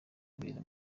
abera